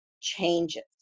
changes